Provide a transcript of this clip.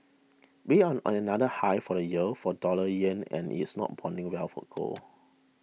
we're on another high for the year for dollar yen and it's not bonding well for gold